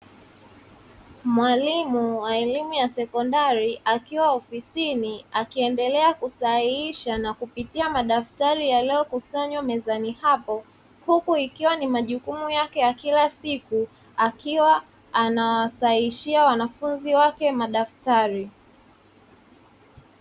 Mwalimu wa elimu ya sekondari akiwa ofisini akiendelea kusahihisha na kupitia madaftari yaliyo kusanywa mezani hapo, huku ikiwa ni majukumu yake ya kila siku akiwa anawasahihishia wanafunzi wake madaftari.